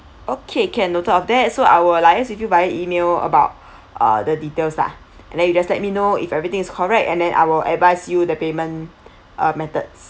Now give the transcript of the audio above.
okay can noted of that so I will liaise with you via by email about uh the details lah and then you just let me know if everything is correct and then I will advise you the payment uh methods